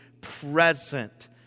present